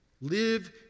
Live